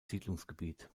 siedlungsgebiet